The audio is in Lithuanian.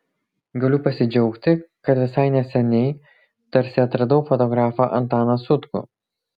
galiu pasidžiaugti kad visai neseniai tarsi atradau fotografą antaną sutkų